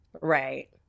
Right